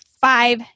five